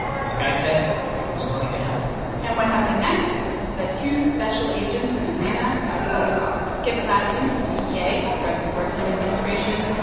and this guy said he was willing to help and what happened next was that two special agents in atlanta got a phone call. skip latson with the dea, the drug enforcement administration,